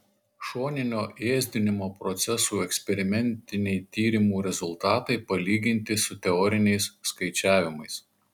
šoninio ėsdinimo procesų eksperimentiniai tyrimų rezultatai palyginti su teoriniais skaičiavimais